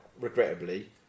regrettably